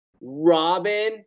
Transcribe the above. Robin